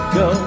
go